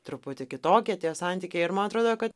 truputį kitokie tie santykiai ir man atrodo kad